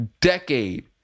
decade